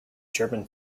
german